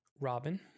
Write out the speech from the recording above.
robin